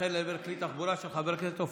אחר לעבר כלי תחבורה), התשפ"א